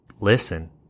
listen